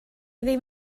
ddim